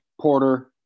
Porter